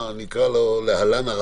כפי שנקרא להם להלן.